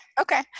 Okay